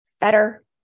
better